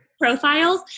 profiles